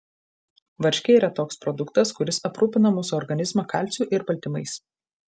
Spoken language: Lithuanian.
varškė yra toks produktas kuris aprūpina mūsų organizmą kalciu ir baltymais